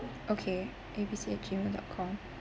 okay A B C at Gmail dot com